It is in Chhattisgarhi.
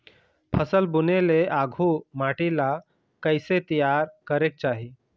फसल बुने ले आघु माटी ला कइसे तियार करेक चाही?